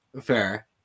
Fair